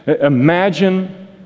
Imagine